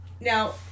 Now